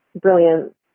brilliant